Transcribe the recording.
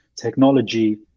technology